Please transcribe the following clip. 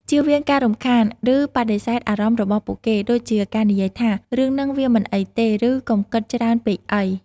ជៀសវាងការរំខាន ឬបដិសេធអារម្មណ៍របស់ពួកគេ ដូចជាការនិយាយថា រឿងហ្នឹងវាមិនអីទេ ឬ កុំគិតច្រើនពេកអី។